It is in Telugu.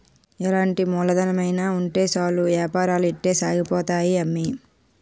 ఎలాంటి మూలధనమైన ఉంటే సాలు ఏపారాలు ఇట్టే సాగిపోతాయి అమ్మి